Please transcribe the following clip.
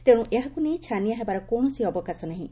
ତେଣୁ ଏହାକୁ ନେଇ ଛାନିଆ ହେବାର କୌଣସି ଅବକାଶ ନାହିଁ